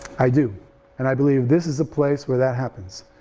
i do and i believe this is the place where that happens,